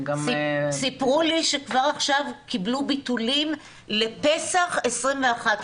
סיפרו לי שכבר עכשיו הם קיבלו ביטולים לפסח 21',